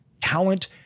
talent